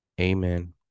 Amen